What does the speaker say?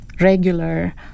regular